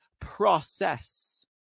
process